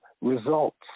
results